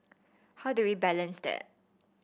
how do we balance that